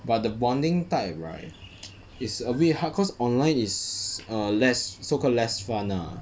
but the bonding type right is a bit hard cause online is err less so called less fun lah